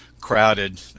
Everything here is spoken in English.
Crowded